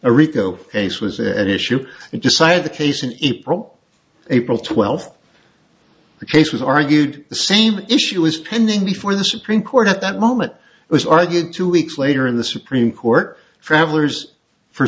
a rico case was at issue and decided the case an april april twelfth the case was argued the same issue was pending before the supreme court at that moment it was argued two weeks later in the supreme court travelers for